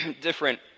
different